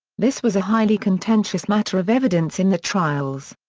this was a highly contentious matter of evidence in the trials.